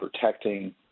protecting